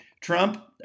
trump